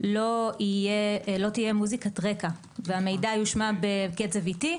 לא תהיה מוזיקת רקע והמידע יושמע בקצב איטי.